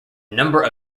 number